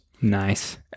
Nice